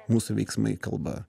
mūsų veiksmai kalba